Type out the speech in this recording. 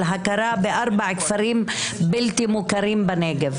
על הכרה בארבעה כפרים בלתי מוכרים בנגב".